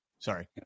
Sorry